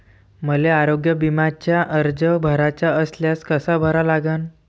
मले आरोग्य बिम्याचा अर्ज भराचा असल्यास कसा भरा लागन?